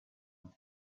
with